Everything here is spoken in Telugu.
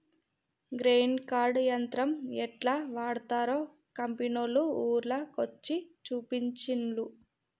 గ్రెయిన్ కార్ట్ యంత్రం యెట్లా వాడ్తరో కంపెనోళ్లు ఊర్ల కొచ్చి చూపించిన్లు